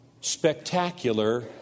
spectacular